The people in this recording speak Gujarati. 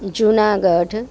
જુનાગઢ